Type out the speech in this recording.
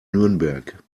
nürnberg